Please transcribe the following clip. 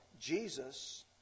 Jesus